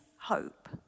hope